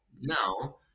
No